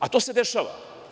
A, to se dešava.